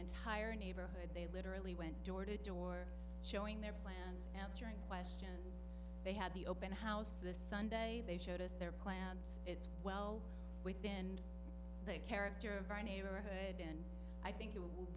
entire neighborhood they literally went door to door showing their plants answering questions they had the open house this sunday they showed us their plants it's well within the character of our neighborhood and i think it w